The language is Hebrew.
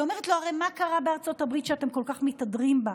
היא אומרת לו: הרי מה קרה בארצות הברית שאתם כל כך מתהדרים בה?